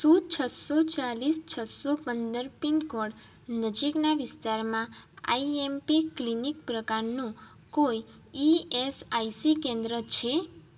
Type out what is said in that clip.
શું છસો ચાળીસ છસો પંદર પિનકોડ નજીકના વિસ્તારમાં આઈએમપી ક્લિનિક પ્રકારનું કોઈ ઇએસઆઇસી કેન્દ્ર છે